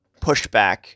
pushback